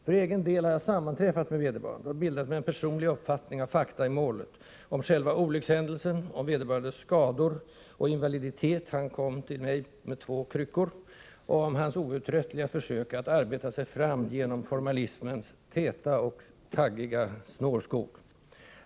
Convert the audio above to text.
För egen del har jag sammanträffat med vederbörande och bildat mig en personlig uppfattning av fakta i målet, om själva olyckshändelsen, om vederbörandes skador och invaliditet — han kom till mig med två kryckor — och om hans outtröttliga försök att arbeta sig fram genom formalismens täta och taggiga snårskog.